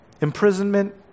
imprisonment